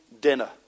dinner